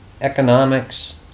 economics